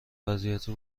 وضعیتی